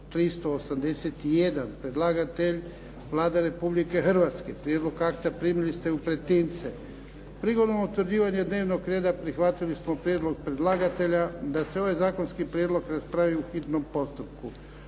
381 Predlagatelj Vlada Republike Hrvatske. Prijedlog akta primili ste u pretince. Prigodom utvrđivanja dnevnog reda prihvatili smo prijedlog predlagatelja da se ovaj zakonski prijedlog raspravi u hitnom postupku.